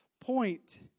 point